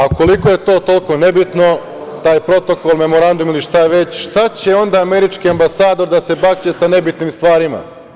Ukoliko je to toliko nebitno taj protokol, memorandum ili šta je već, šta će onda američki ambasador da se bakće sa nebitnim stvarima?